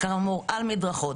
על מדרכות,